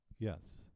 Yes